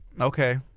okay